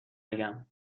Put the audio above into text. بگم